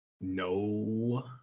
no